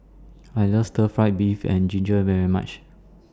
I like Stir Fry Beef and Ginger very much